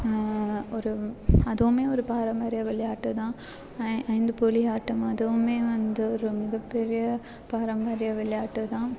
ஒரு அதுவுமே ஒரு பாரம்பரிய விளையாட்டு தான் ஐந்து புலி ஆட்டம் அதுவுமே வந்து ஒரு மிகப்பெரிய பாரம்பரிய விளையாட்டு தான்